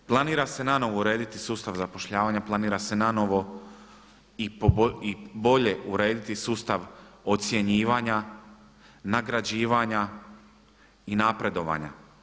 Planira se nanovo urediti sustav zapošljavanja, planira se nanovo i bolje urediti sustav ocjenjivanja, nagrađivanja i napredovanja.